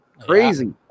crazy